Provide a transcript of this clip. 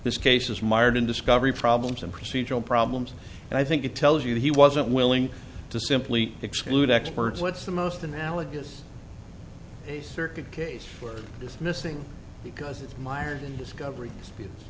this case is mired in discovery problems and procedural problems and i think it tells you he wasn't willing to simply exclude experts what's the most analogous a circuit case for dismissing because it's mired in discovery